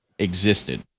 Existed